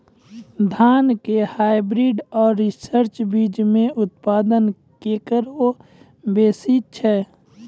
धान के हाईब्रीड और रिसर्च बीज मे उत्पादन केकरो बेसी छै?